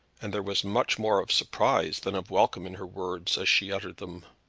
and there was much more of surprise than of welcome in her words as she uttered them.